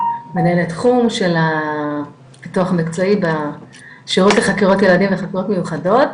מנהלת תחום של הפיתוח המקצועי בשירות לחקירות ילדים וחקירות מיוחדות.